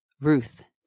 Ruth